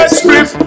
strip